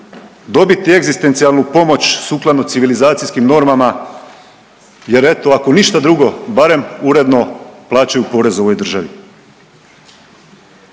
dobiti egzistencijalnu pomoć sukladno civilizacijskim normama. Jer eto ako ništa drugo barem uredno plaćaju porez ovoj državi.